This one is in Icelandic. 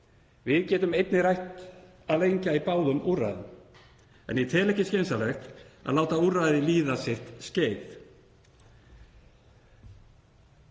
Við getum einnig rætt að lengja í báðum úrræðum en ég tel ekki skynsamlegt að láta úrræðið renna sitt skeið.